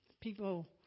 People